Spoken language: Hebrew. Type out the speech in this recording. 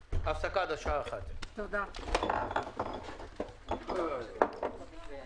הפסקה עד השעה 13:00. (הישיבה נפסקה בשעה 12:15